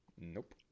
nope